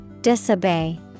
Disobey